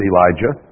Elijah